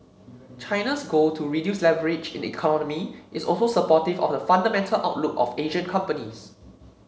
China's goal to reduce leverage in the economy is also supportive of the fundamental outlook of Asian companies